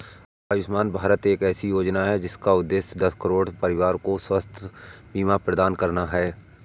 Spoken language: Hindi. आयुष्मान भारत एक ऐसी योजना है जिसका उद्देश्य दस करोड़ परिवारों को स्वास्थ्य बीमा प्रदान करना है